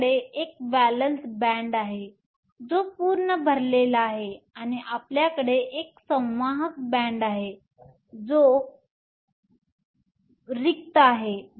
आपल्याकडे एक valence band आहे जो पूर्ण भरलेला आहे आणि आपल्याकडे एक संवाहक बॅण्ड आहे जो रिक्त आहे